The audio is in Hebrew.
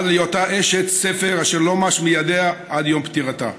עד להיותה אשת ספר אשר הספר לא מש מידיה עד יום פטירתה.